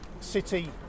city